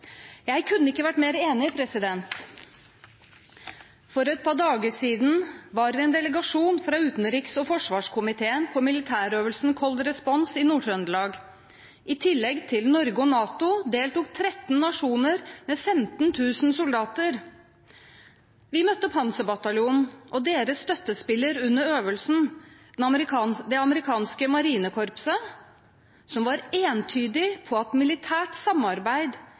Jeg kunne ikke vært mer enig. For et par dager siden var vi en delegasjon fra utenriks- og forsvarskomiteen på militærøvelsen Cold Response i Nord-Trøndelag. I tillegg til Norge og NATO deltok 13 nasjoner med 15 000 soldater. Vi møtte Panserbataljonen og dens støttespiller under øvelsen, det amerikanske marinekorpset, som var entydig på at et militært samarbeid